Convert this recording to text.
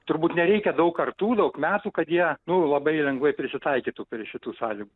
turbūt nereikia daug kartų daug metų kad jie nu labai lengvai prisitaikytų prie šitų sąly